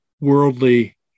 worldly